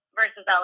versus